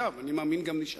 היה, ואני מאמין שגם נשאר.